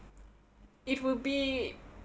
it would be